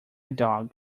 dog